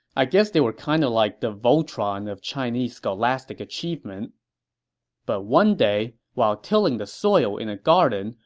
i guess they were kind of like the voltron of chinese scholastic achievement but one day, while tilling the soil in a garden,